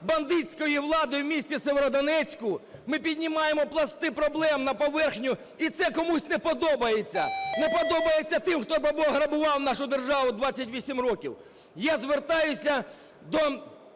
бандитської влади в місті Сєвєродонецьку. Ми піднімаємо пласти проблем на поверхню, і це комусь не подобається, не подобається тим, хто грабував нашу державу 28 років. Я звертаюсь до